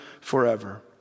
forever